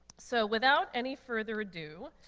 so without any further ado,